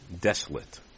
desolate